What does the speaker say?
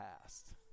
past